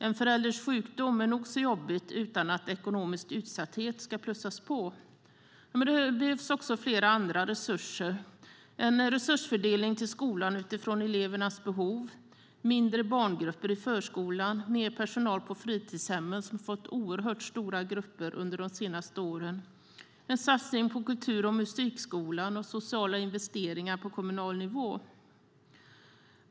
En förälders sjukdom är nog så jobbigt utan att ekonomisk utsatthet ska plussas på. Det behövs också andra resurser: en resursfördelning till skolan utifrån elevernas behov, mindre barngrupper i förskolan, mer personal på fritidshemmen som fått oerhört stora grupper de senaste åren, en satsning på kultur och musikskolan och sociala investeringar på kommunal nivå.